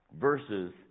Versus